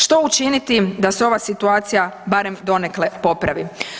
Što učiniti da se ova situacija barem donekle popravi?